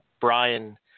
Brian